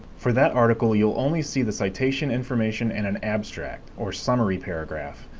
for that article you'll only see the citation information and an abstract, or summary paragraph,